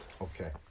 Okay